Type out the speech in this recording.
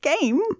game